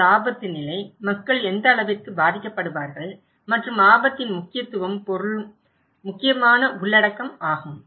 அது ஆபத்து நிலை மக்கள் எந்த அளவிற்கு பாதிக்கப்படுவார்கள் மற்றும் ஆபத்தின் முக்கியத்துவமும் பொருளும் முக்கியமான உள்ளடக்கம் ஆகும்